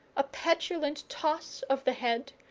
a petulant toss of the head,